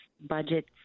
budget